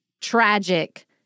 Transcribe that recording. tragic